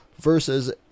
versus